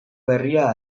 berria